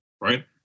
right